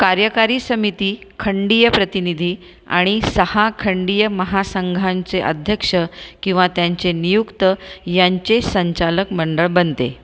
कार्यकारी समिती खंडीय प्रतिनिधी आणि सहा खंडीय महासंघांचे अध्यक्ष किंवा त्यांचे नियुक्त यांचे संचालक मंडळ बनते